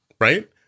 right